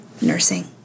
nursing